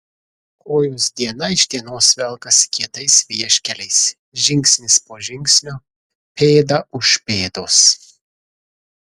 kojos diena iš dienos velkasi kietais vieškeliais žingsnis po žingsnio pėda už pėdos